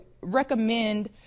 recommend